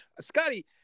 Scotty